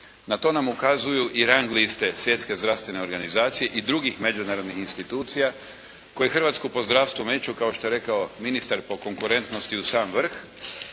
Na to nam ukazuju i rang liste Svjetske zdravstvene organizacije i drugih međunarodnih institucija koje Hrvatsku po zdravstvu meću kao što je rekao ministar po konkurentnosti u sam vrh,